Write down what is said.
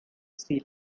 sea